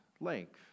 length